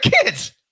kids